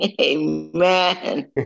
Amen